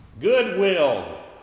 goodwill